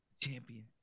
Champion